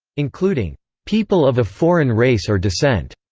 including people of a foreign race or descent,